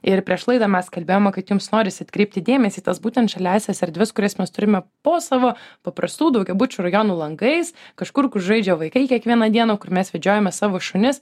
ir prieš laidą mes kalbėjome kad jums norisi atkreipti dėmesį į tas būtent žaliąsias erdves kurias mes turime po savo paprastų daugiabučių rajonų langais kažkur kur žaidžia vaikai kiekvieną dieną kur mes vedžiojame savo šunis